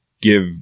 give